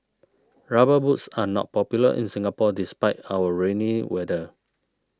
rubber boots are not popular in Singapore despite our rainy weather